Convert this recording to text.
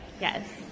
Yes